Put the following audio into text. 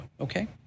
Okay